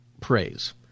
praise